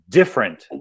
different